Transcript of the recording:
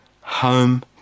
home